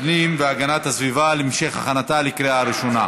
הפנים והגנת הסביבה להמשך הכנתה לקריאה ראשונה.